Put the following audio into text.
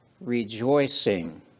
rejoicing